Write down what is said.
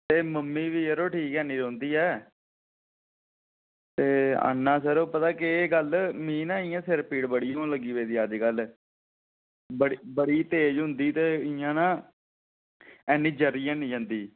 ते मम्मी बी जरो ठीक निं रौंह्दी ऐ ते आना फिर पता केह् गल्ल मीं ना इ'यां सिर पीड़ बड़ी होन लग्गी पेदी अजकल्ल बड़ी तेज होंदी ते इ'यां ना ऐनी जरी जंदी